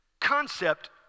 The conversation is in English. concept